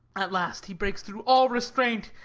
at last he breaks through all restraint,